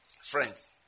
friends